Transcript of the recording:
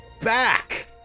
back